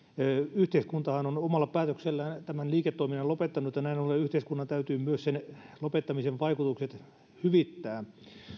yhteiskuntahan on omalla päätöksellään tämän liiketoiminnan lopettanut ja näin ollen yhteiskunnan täytyy myös sen lopettamisen vaikutukset hyvittää